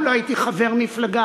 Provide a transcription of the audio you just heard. מעולם לא הייתי חבר מפלגה.